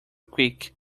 quick